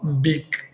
big